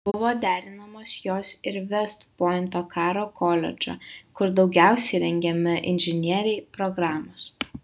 buvo derinamos jos ir vest pointo karo koledžo kur daugiausiai rengiami inžinieriai programos